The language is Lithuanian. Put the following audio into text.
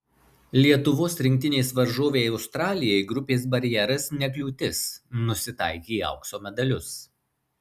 lietuvos rinktinės varžovei australijai grupės barjeras ne kliūtis nusitaikė į aukso medalius